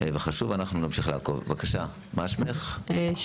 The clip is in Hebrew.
וחשוב אנחנו נמשיך לעקוב.